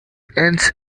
ends